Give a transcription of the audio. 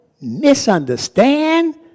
misunderstand